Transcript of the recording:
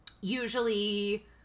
usually